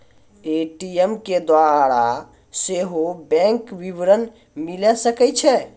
ATM के द्वारा सेहो बैंक विबरण मिले सकै छै